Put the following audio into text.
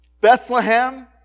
Bethlehem